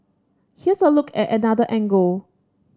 here's a look at another angle